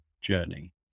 journey